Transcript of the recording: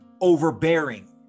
overbearing